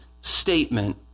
statement